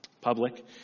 public